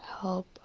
help